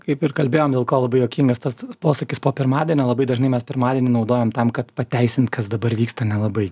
kaip ir kalbėjom dėl ko labai juokingas tas posakis po pirmadienio labai dažnai mes pirmadienį naudojam tam kad pateisint kas dabar vyksta nelabai